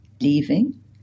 leaving